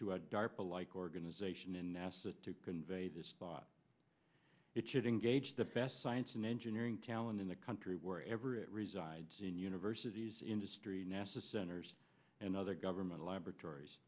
like organization and nasa to convey this thought it should engage the best science and engineering talent in the country wherever it resides in universities industry nasa centers and other government laboratories